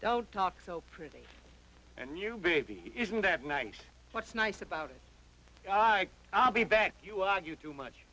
don't talk so pretty and you baby isn't that nice what's nice about it i'll be back you argue too much